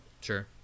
sure